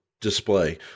display